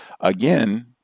again